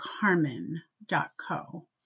carmen.co